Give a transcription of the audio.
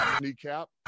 Kneecap